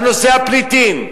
על נושא הפליטים,